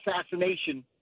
assassination